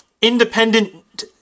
independent